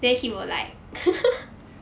then he will like